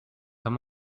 them